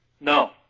No